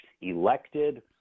elected